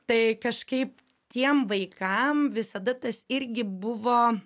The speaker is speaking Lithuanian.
tai kažkaip tiem vaikam visada tas irgi buvo